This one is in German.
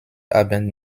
abend